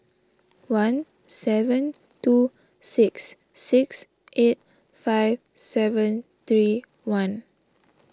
one seven two six six eight five seven three one